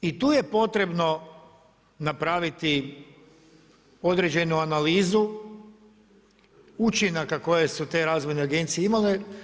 I tu je potrebno napraviti određenu analizu učinaka koje su te razvojne agencije imale.